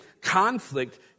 Conflict